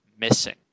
missing